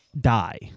die